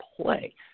play –